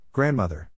Grandmother